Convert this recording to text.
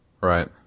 Right